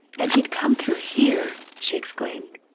and he'd come through here! she exclaimed.